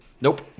Nope